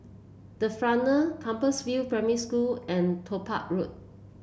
the Frontier Compassvale Primary School and Topaz Road